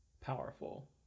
powerful